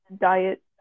diet